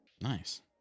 Nice